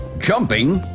jumping,